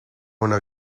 una